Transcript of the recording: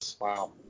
wow